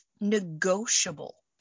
negotiable